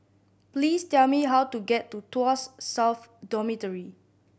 please tell me how to get to Tuas South Dormitory